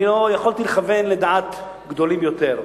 אני לא יכולתי לכוון לדעת גדולים יותר.